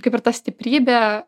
kaip ir ta stiprybė